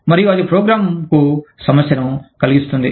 మరియు అది ప్రోగ్రామ్కు సమస్యను కలిగిస్తుంది